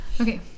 Okay